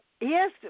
Yes